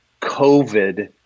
COVID